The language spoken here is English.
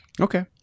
Okay